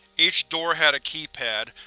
each door had a keypad,